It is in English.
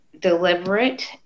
deliberate